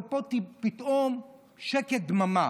ופה פתאום שקט ודממה.